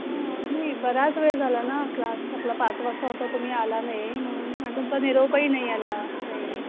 ह नाही बराच वेळ झाला ना क्लास आपला पाच वाजता होता तुम्ही आला नाही म्हणून आणि तुमचा निरोपही नाही आला काही